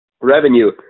revenue